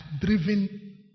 driven